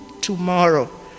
tomorrow